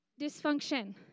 dysfunction